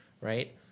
right